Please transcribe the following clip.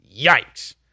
yikes